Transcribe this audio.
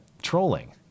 trolling